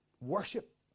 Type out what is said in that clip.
worship